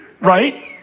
right